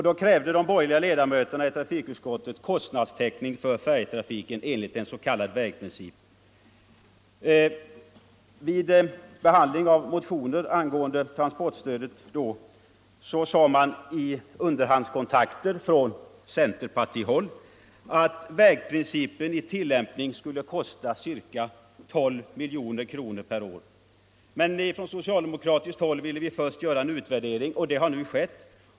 Då krävde de borgerliga ledamöterna i trafikutskottet kostnadstäckning för färjetrafiken enligt den s.k. vägprincipen. Vid behandlingen av motioner om transportstödet sade man från centerpartihåll vid underhandskontakter att vägprincipen i tillämpning skulle kosta ca 12 miljoner kronor per år. Socialdemokraterna ville först göra en utvärdering, och det har nu skett.